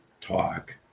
talk